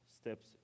steps